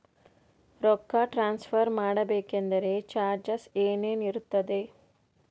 ರೊಕ್ಕ ಟ್ರಾನ್ಸ್ಫರ್ ಮಾಡಬೇಕೆಂದರೆ ಚಾರ್ಜಸ್ ಏನೇನಿರುತ್ತದೆ?